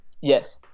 Yes